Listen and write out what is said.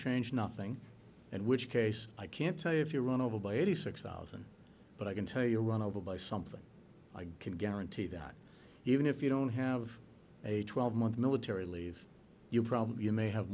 change nothing and which case i can't tell you if you run over by eighty six thousand but i can tell you run over by something i can guarantee that even if you don't have a twelve month military leave you problem you may have